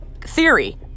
theory